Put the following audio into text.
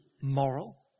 moral